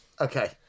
Okay